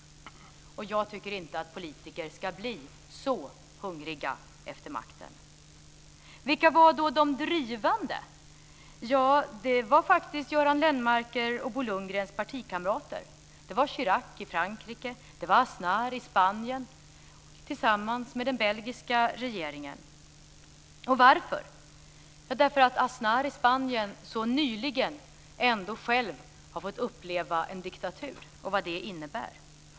Jag tycker inte att politiker ska bli så hungriga efter makten. Vilka var då de drivande? Det var faktiskt Göran Lennmarkers och Bo Lundgrens partikamrater. Det var Chirac i Frankrike. Det var Aznar i Spanien tillsammans med den Belgiska regeringen. Varför? Aznar i Spanien har så nyligen själv fått uppleva en diktatur och vad en sådan innebär.